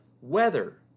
weather